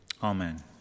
Amen